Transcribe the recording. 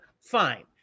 fine